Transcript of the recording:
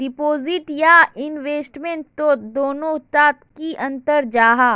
Deposit या investment तोत दोनों डात की अंतर जाहा?